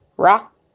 Rock